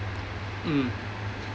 mm